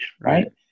right